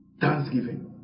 Thanksgiving